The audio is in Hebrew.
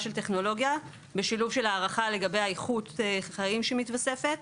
של טכנולוגיה בשילוב של הערכה לגבי איכות החיים שמתווספת.